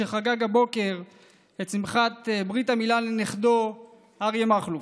שחגג הבוקר את שמחת ברית המילה לנכדו אריה מכלוף,